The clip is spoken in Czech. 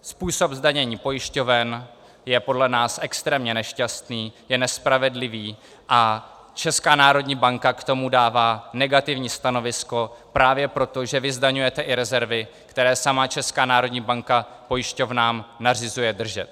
Způsob zdanění pojišťoven je podle nás extrémně nešťastný, je nespravedlivý a Česká národní banka k tomu dává negativní stanovisko právě proto, že vy zdaňujete i rezervy, které sama Česká národní banka pojišťovnám nařizuje držet.